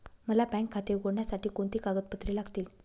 मला बँक खाते उघडण्यासाठी कोणती कागदपत्रे लागतील?